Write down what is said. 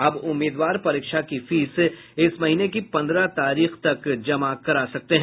अब उम्मीदवार परीक्षा की फीस इस महीने की पन्द्रह तारीख तक जमा करा सकते हैं